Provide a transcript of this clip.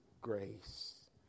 grace